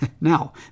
Now